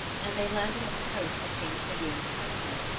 and they landed on the coast of king siggeir's country,